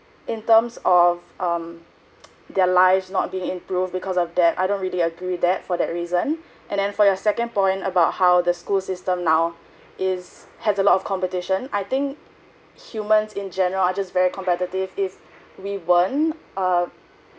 in terms of um their lives not being improved because of debt I don't really agree that for that reason and then for your second point about how the school system now is has a lot of competition I think humans in general are just very competitive if weren't uh